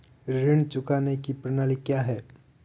ऋण चुकाने की प्रणाली क्या है?